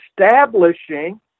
establishing